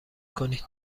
کنید